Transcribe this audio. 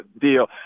deal